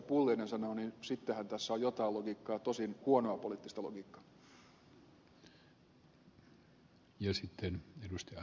pulliainen sanoi niin sittenhän tässä on jotain logiikkaa tosin huonoa poliittista logiikkaa